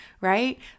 right